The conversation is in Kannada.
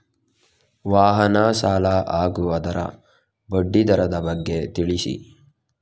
ವಾಹನ ಸಾಲ ಹಾಗೂ ಅದರ ಬಡ್ಡಿ ದರದ ಬಗ್ಗೆ ತಿಳಿಸಿ?